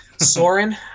Soren